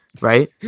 right